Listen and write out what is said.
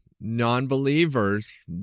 non-believers